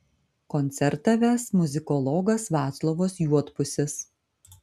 koncertą ves muzikologas vaclovas juodpusis